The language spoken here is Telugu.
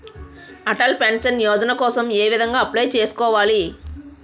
అటల్ పెన్షన్ యోజన కోసం ఏ విధంగా అప్లయ్ చేసుకోవాలి?